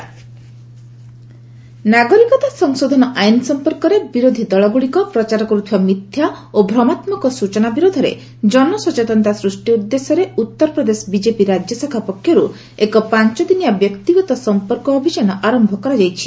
UP CAA ନାଗରିକତା ସଂଶୋଧନ ଆଇନ ସମ୍ପର୍କରେ ବିରୋଧ ଦଳଗ୍ରଡ଼ିକ ପ୍ରଚାର କର୍ଥିବା ମିଥ୍ୟା ଓ ଭ୍ରମାତ୍ମକ ସ୍ୱଚନା ବିରୋଧରେ ଜନ ସଚେତନତା ସୃଷ୍ଟି ଉଦ୍ଦେଶ୍ୟରେ ଉତ୍ତର ପ୍ରଦେଶ ବିକେପି ରାଜ୍ୟ ଶାଖା ପକ୍ଷର୍ତ ଏକ ପାଞ୍ଚଦିନିଆ ବ୍ୟକ୍ତିଗତ ସମ୍ପର୍କ ଅଭିଯାନ ଆରମ୍ଭ କରାଯାଇଛି